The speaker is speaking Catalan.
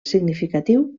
significatiu